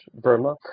Burma